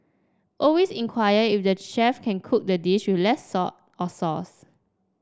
always inquire if the chef can cook the dish with less salt or sauce